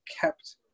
kept